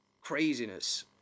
craziness